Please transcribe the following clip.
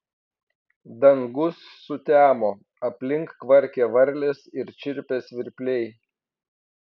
dangus sutemo aplink kvarkė varlės ir čirpė svirpliai